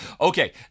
Okay